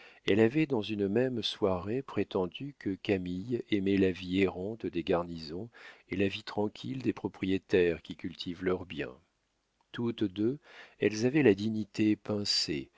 elle avait dans une même soirée prétendu que camille aimait la vie errante des garnisons et la ville tranquille des propriétaires qui cultivent leur bien toutes deux elles avaient la dignité pincée